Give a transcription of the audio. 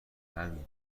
همین